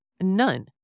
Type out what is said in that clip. None